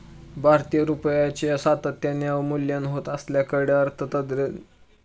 भारतीय रुपयाचे सातत्याने अवमूल्यन होत असल्याकडे अर्थतज्ज्ञांनी लक्ष वेधले